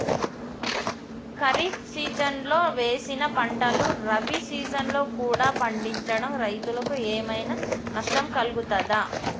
ఖరీఫ్ సీజన్లో వేసిన పంటలు రబీ సీజన్లో కూడా పండించడం రైతులకు ఏమైనా నష్టం కలుగుతదా?